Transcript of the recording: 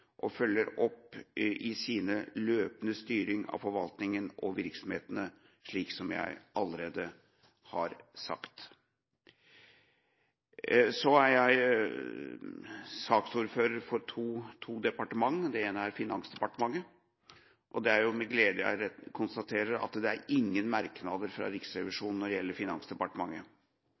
og følger opp i sin løpende styring av forvaltningen og virksomheten – slik jeg allerede har sagt. Jeg er saksordfører for to departementer, det ene er Finansdepartementet. Det er med glede jeg konstaterer at det er ingen merknader fra Riksrevisjonen når det gjelder Finansdepartementet.